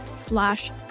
slash